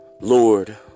Lord